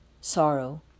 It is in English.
sorrow